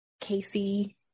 Casey